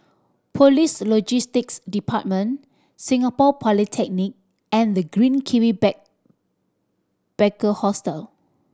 Police Logistics Department Singapore Polytechnic and The Green Kiwi Back packer Hostel